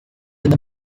with